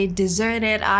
deserted